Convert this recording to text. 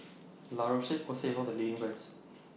La Roche Porsay one of The leading brands